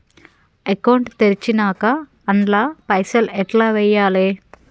Account తెరిచినాక అండ్ల పైసల్ ఎట్ల వేయాలే?